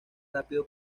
rápido